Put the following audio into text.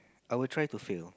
I will try to fail